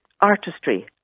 artistry